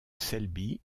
selby